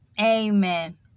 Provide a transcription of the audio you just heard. Amen